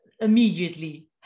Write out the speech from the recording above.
immediately